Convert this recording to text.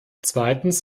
zweitens